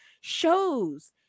shows